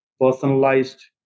personalized